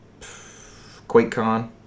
QuakeCon